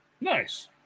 Nice